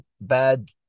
Bad